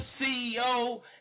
CEO